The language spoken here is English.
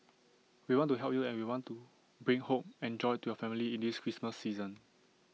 we want to help you and we want to bring hope and joy to your family in this Christmas season